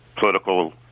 political